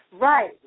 right